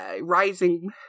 rising